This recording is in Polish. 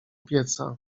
pieca